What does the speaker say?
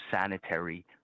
sanitary